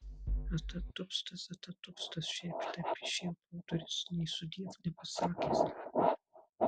atatupstas atatupstas šiaip taip išėjo pro duris nė sudiev nepasakęs